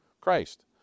Christ